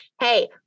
Hey